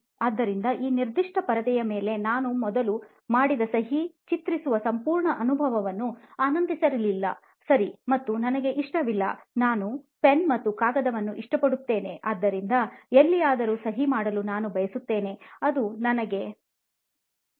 ಆದ್ದರಿಂದ ಈ ನಿರ್ದಿಷ್ಟ ಪರದೆಯ ಮೇಲೆ ನಾನು ಮೊದಲು ಮಾಡಿದ ಸಹಿ ಚಿತ್ರಿಸುವ ಸಂಪೂರ್ಣ ಅನುಭವನ್ನು ಆನಂದಿಸಲಿಲ್ಲ ಸರಿ ಮತ್ತು ನನಗೆ ಇಷ್ಟವಿಲ್ಲ ನಾನು ಪೆನ್ ಮತ್ತು ಕಾಗದವನ್ನು ಇಷ್ಟಪಡುತ್ತೇನೆ ಮತ್ತು ಅದರಿಂದ ಎಲ್ಲಿಯಾದರೂ ಸಹಿ ಮಾಡಲು ನಾನು ಬಯಸುತ್ತೇನೆ ಅದು ನನಗೆ ವೈಯಕ್ತಿಕವಾಗಿರುತ್ತದೆ